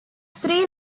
three